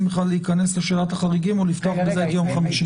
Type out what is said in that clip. להיכנס לשאלת החריגים או לפתוח בזה ביום חמישי.